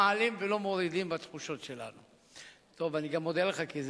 העניין של תחבורה זמינה ולחסוך בחיי אדם כתוצאה מתאונות דרכים,